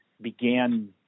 began